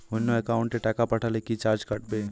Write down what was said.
অন্য একাউন্টে টাকা পাঠালে কি চার্জ কাটবে?